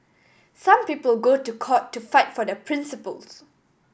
some people go to court to fight for their principles